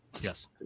Yes